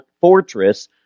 fortress